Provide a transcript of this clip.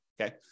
okay